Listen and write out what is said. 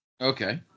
Okay